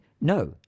no